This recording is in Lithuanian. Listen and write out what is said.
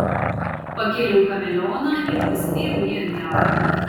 pakėliau chameleoną ir pasidėjau jį ant delno